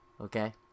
Okay